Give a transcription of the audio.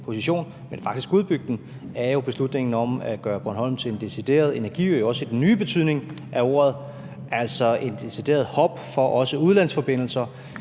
men faktisk udbygge den, er jo beslutningen om at gøre Bornholm til en decideret energiø – også i den nye betydning af ordet, altså et decideret hop for også udlandsforbindelser